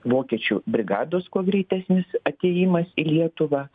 vokiečių brigados kuo greitesnis atėjimas į lietuvą